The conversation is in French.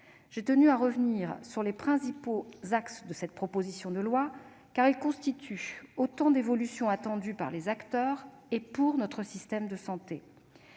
J'ai tenu à revenir sur les principaux axes de cette proposition de loi, car ils constituent autant d'évolutions attendues par les acteurs et pour notre système de santé.